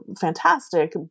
fantastic